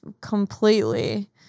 completely